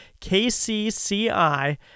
KCCI